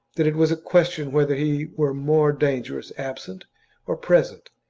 that it was a question whether he were more dangerous absent or present,